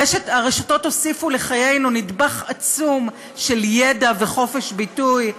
הרשתות הוסיפו לחיינו נדבך עצום של ידע וחופש ביטוי.